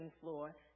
floor